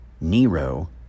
Nero